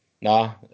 nah